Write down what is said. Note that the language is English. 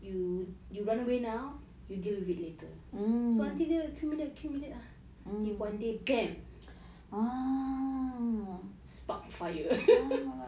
you you you run away now you deal with it later so nanti dia accumulate accumulate ah then one day bam oh spark fire